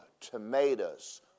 tomatoes